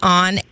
on